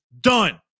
done